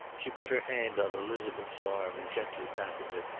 she put her hand on elizabeth's arm and gently patted it,